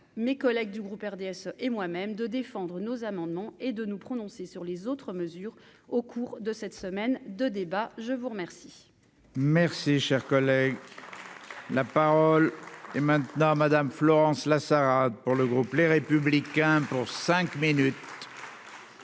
mes collègues du groupe RDSE et moi-même, de défendre nos amendements et de nous prononcer sur les autres mesures au cours de cette semaine de débats, je vous remercie. Merci, cher collègue. La parole est maintenant à Madame Florence Lasserre pour le groupe Les Républicains pour cinq minutes.